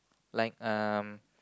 like um